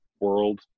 World